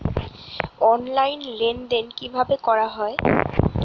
Online লেনদেন কিভাবে করা হয়?